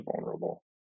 vulnerable